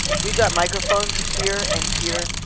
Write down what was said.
we've got microphones here and here.